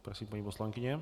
Prosím, paní poslankyně.